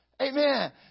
Amen